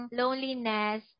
loneliness